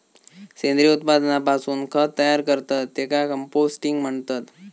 सेंद्रिय उत्पादनापासून खत तयार करतत त्येका कंपोस्टिंग म्हणतत